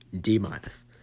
D-minus